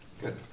Good